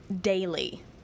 daily